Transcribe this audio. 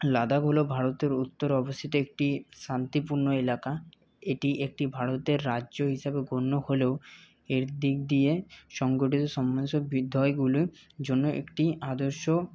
লাদাখ হল ভারতের উত্তরে অবস্থিত একটি শান্তিপূর্ণ এলাকা এটি একটি ভারতের রাজ্য হিসাবে গণ্য হলেও এর দিক দিয়ে সংগঠিত জন্য একটি আদর্শ